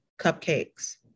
cupcakes